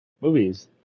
movies